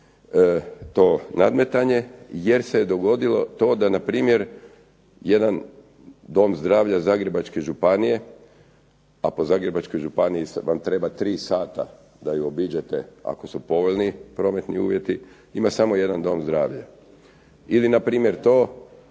to nadmetanje, jer se je dogodilo to da na primjer jedan dom zdravlja Zagrebačke županije, a pod Zagrebačkoj županiji vam treba tri sata da ju obiđete ako su povoljni prometni uvjeti ima samo jedan dom zdravlja. Ili na primjer to